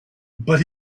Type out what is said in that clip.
but